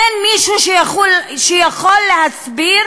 אין מישהו שיכול להסביר